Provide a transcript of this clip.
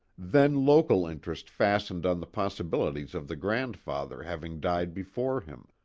then local interest fastened on the possibilities of the grandfather having died before him.